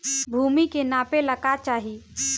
भूमि के नापेला का चाही?